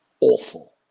awful